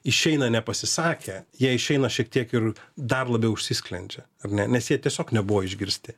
išeina nepasisakę jie išeina šiek tiek ir dar labiau užsisklendžia ar ne nes jie tiesiog nebuvo išgirsti